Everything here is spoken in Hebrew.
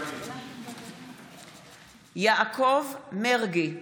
מתחייב אני יעקב מרגי,